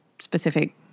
specific